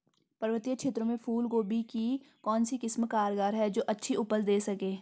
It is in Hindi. पर्वतीय क्षेत्रों में फूल गोभी की कौन सी किस्म कारगर है जो अच्छी उपज दें सके?